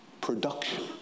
production